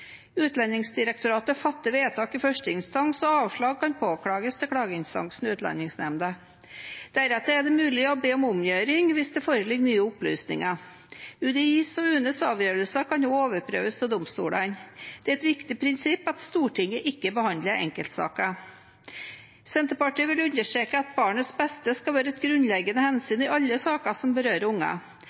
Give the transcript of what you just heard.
Utlendingsdirektoratet fatter vedtak i første instans, og avslag kan påklages til klageinstansen Utlendingsnemnda. Deretter er det mulig å be om omgjøring hvis det foreligger nye opplysninger. UDIs og UNEs avgjørelser kan også overprøves av domstolene. Det er et viktig prinsipp at Stortinget ikke behandler enkeltsaker. Senterpartiet vil understreke at barnets beste skal være et grunnleggende hensyn i alle saker som berører